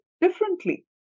Differently